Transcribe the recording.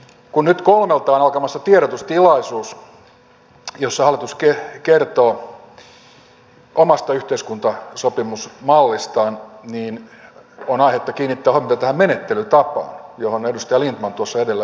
kun nyt kolmelta on alkamassa tiedotustilaisuus jossa hallitus kertoo omasta yhteiskuntasopimusmallistaan niin on aihetta kiinnittää huomiota tähän menettelytapaan johon edustaja lindtman tuossa edellä jo puuttui